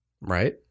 Right